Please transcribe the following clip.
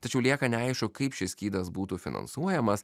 tačiau lieka neaišku kaip šis skydas būtų finansuojamas